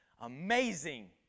amazing